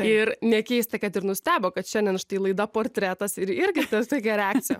ir nekeista kad ir nustebo kad šiandien štai laida portretas ir irgi staigią reakciją